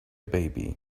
baby